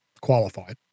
qualified